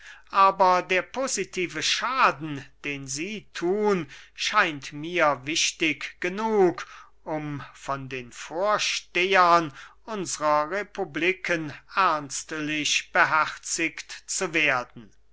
aber der positive schaden den sie thun scheint mir wichtig genug um von den vorstehern unsrer republiken ernstlich beherziget zu werden